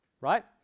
right